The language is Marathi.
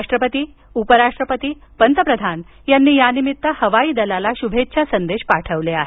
राष्ट्रपती उप राष्ट्रपती पंतप्रधान यांनी यानिमित्त हवाई दलाला शुभेच्छा संदेश पाठवले आहेत